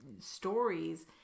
stories